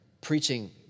preaching